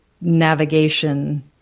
navigation